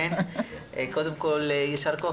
קודם כל יישר כח.